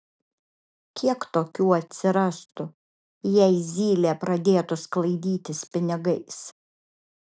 kiek tokių atsirastų jei zylė pradėtų sklaidytis pinigais